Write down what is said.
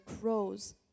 crows